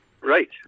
Right